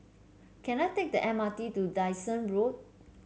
can I take the M R T to Dyson Road